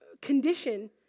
condition